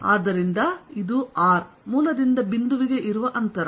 ಆದ್ದರಿಂದ ಇದು r ಮೂಲದಿಂದ ಬಿಂದುವಿಗೆ ಇರುವ ಅಂತರ